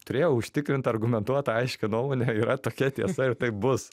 turėjau užtikrintą argumentuotą aiškią nuomonę yra tokia tiesa ir taip bus